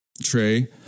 Trey